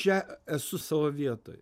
čia esu savo vietoj